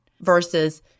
versus